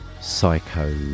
psycho